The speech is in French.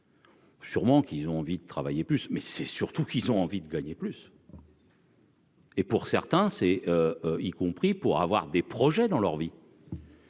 Sûrement qu'ils ont envie de travailler plus, mais c'est surtout qu'ils ont envie de gagner plus. Et pour certains c'est y compris pour avoir des projets dans leur vie.